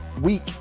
week